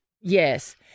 Yes